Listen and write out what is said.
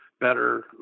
better